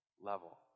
level